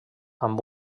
amb